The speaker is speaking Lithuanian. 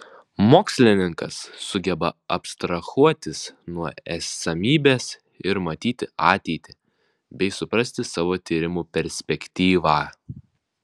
mokslininkas sugeba abstrahuotis nuo esamybės ir matyti ateitį bei suprasti savo tyrimų perspektyvą